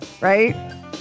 right